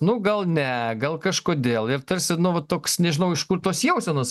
nu gal ne gal kažkodėl ir tarsi nu va toks nežinau iš kur tos jausenos